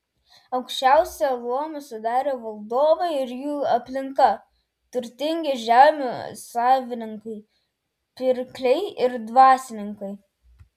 aukščiausią luomą sudarė valdovai ir jų aplinka turtingi žemių savininkai pirkliai ir dvasininkai